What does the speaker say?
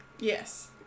Yes